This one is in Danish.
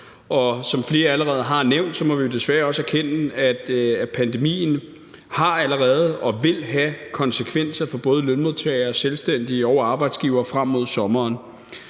som flere allerede har nævnt, må vi jo desværre erkende, at pandemien allerede har og vil have konsekvenser for både lønmodtagere og selvstændige og arbejdsgivere frem mod sommeren.